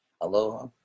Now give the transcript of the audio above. Aloha